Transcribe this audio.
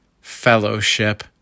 fellowship